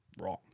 wrong